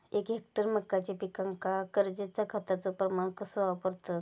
एक हेक्टर मक्याच्या पिकांका गरजेच्या खतांचो प्रमाण कसो वापरतत?